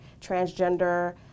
transgender